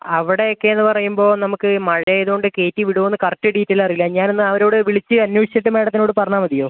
അവിടെ ഒക്കെയെന്ന് പറയുമ്പോൾ നമുക്ക് മഴ ആയതുകൊണ്ട് കയറ്റി വിടുമോയെന്ന് കറക്ട് ഡീറ്റെയിൽ അറിയില്ല ഞാനൊന്ന് അവരോട് വിളിച്ച് അന്വേഷിച്ചിട്ട് മാഡത്തിനോട് പറഞ്ഞാൽ മതിയോ